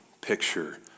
picture